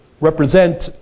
represent